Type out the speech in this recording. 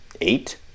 eight